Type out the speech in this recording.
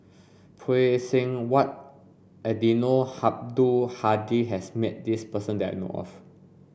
Phay Seng Whatt Eddino Habdul Hadi has met this person that I know of